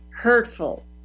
Hurtful